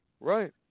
right